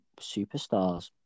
superstars